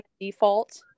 default